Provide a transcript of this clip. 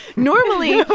normally.